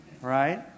right